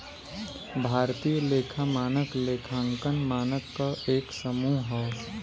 भारतीय लेखा मानक लेखांकन मानक क एक समूह हौ